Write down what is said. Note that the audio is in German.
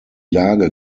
lage